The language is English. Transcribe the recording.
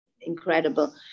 incredible